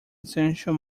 essential